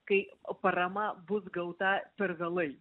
kai o parama bus gauta per vėlai